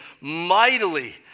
mightily